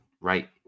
right